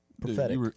prophetic